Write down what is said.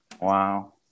Wow